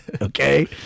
okay